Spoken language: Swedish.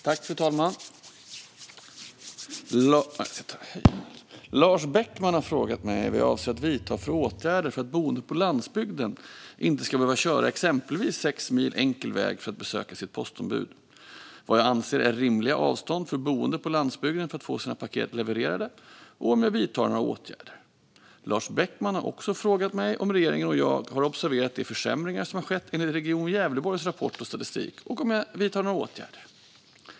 Fru talman! Lars Beckman har frågat mig vad jag avser att vidta för åtgärder för att boende på landsbygden inte ska behöva köra exempelvis sex mil enkel väg för att besöka sitt postombud, vad jag anser är rimliga avstånd för boende på landsbygden för att få sina paket levererade och om jag vidtar några åtgärder. Lars Beckman har också frågat mig om regeringen och jag har observerat de försämringar som har skett enligt Region Gävleborgs rapport och statistik och om jag vidtar några åtgärder.